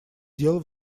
дел